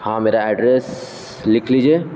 ہاں میرا ایڈریس لکھ لیجیے